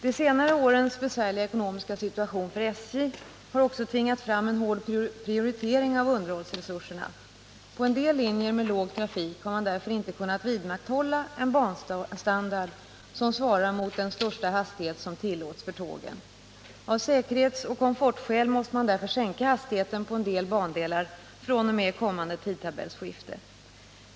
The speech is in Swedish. De senare årens besvärliga ekonomiska situation för SJ har också tvingat fram en hård prioritering av underhållsresurserna. På en del linjer med låg trafik har man därför inte kunnat vidmakthålla en banstandard som svarar mot den största hastighet som tillåts för tågen. Av säkerhetsoch komfortskäl måste man därför sänka hastigheten på en del bandelar fr.o.m. kommande tidtabellsskifte.